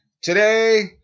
Today